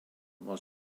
was